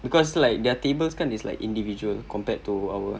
because like their tables kan is like individual compared to our